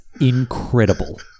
incredible